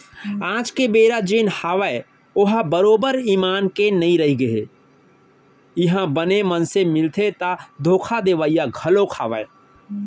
आज के बेरा जेन हवय ओहा बरोबर ईमान के नइ रहिगे हे इहाँ बने मनसे मिलथे ता धोखा देवइया घलोक हवय